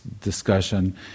discussion